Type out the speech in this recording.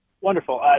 Wonderful